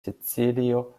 sicilio